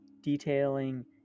detailing